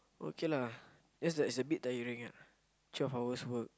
okay lah just that it's a bit tiring ah twelve hours work